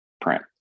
print